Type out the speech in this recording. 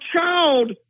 child